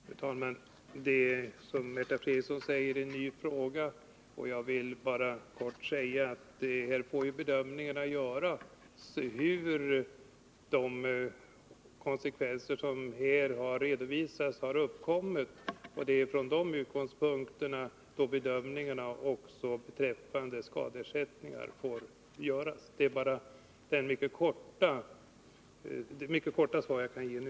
Fru talman! Som Märta Fredrikson sade är det här en ny fråga. Jag vill bara helt kort säga att man får försöka ta reda på vad som ligger bakom de redovisade konsekvenserna och med utgångspunkt häri bedöma skadeersättningarna. Det är bara detta mycket korta svar som jag kan ge nu.